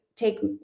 take